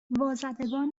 وازدگان